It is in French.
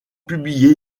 publié